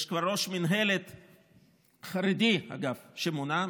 יש כבר ראש מינהלת, חרדי, אגב, שמונה.